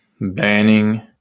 banning